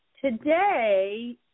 Today